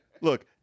Look